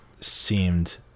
seemed